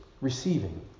receiving